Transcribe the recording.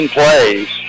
plays